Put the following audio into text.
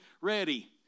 ready